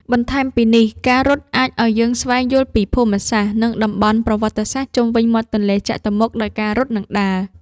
បន្ថែមពីនេះការរត់អាចឲ្យយើងស្វែងយល់ពីភូមិសាស្ត្រ និងតំបន់ប្រវត្តិសាស្ត្រជុំវិញមាត់ទន្លេចតុមុខដោយការដើរ និងរត់។